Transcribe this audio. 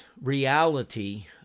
reality